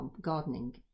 gardening